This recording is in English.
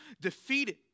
defeated